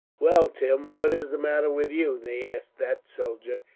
well, tim, what is the matter with you? they asked that soldier,